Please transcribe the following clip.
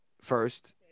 first